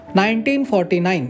1949